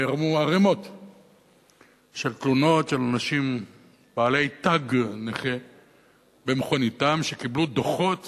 נערמו ערימות של תלונות של אנשים בעלי תג נכה במכוניתם שקיבלו דוחות